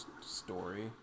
story